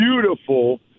beautiful